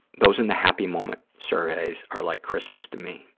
those and the happy moment surveys are like christmas to me.